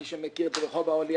מי שמכיר את רחוב אהליאב,